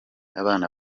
abana